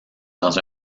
dans